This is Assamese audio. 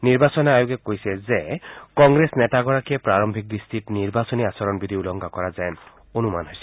নিৰ্বাচন আয়োগে লগতে কয় যে কংগ্ৰেছ নেতাগৰাকীয়ে প্ৰাৰম্ভিক দৃষ্টিত নিৰ্বাচনী আচৰণবিধি উলংঘা কৰা যেন অনুমান হৈছে